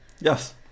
Yes